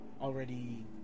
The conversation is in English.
already